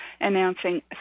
announcing